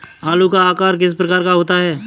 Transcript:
आलू का आकार किस प्रकार का होता है?